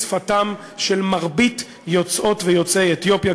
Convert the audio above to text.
היא שפתם של מרבית יוצאות ויוצאי אתיופיה,